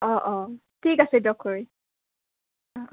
অঁ অঁ ঠিক আছে দিয়ক খুৰী